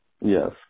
Yes